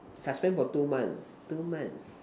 suspend for two months two months